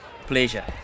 Pleasure